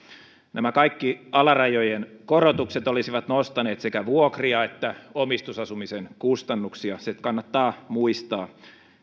nämä kaikki alarajojen korotukset olisivat nostaneet sekä vuokria että omistusasumisen kustannuksia se kannattaa muistaa